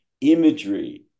imagery